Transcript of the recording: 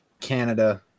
Canada